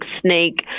snake